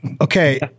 Okay